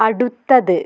അടുത്തത്